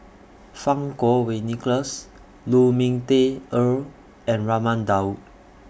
Fang Kuo Wei Nicholas Lu Ming Teh Earl and Raman Daud